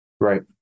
Right